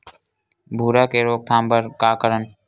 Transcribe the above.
भूरा के रोकथाम बर का करन?